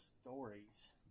stories